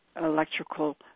electrical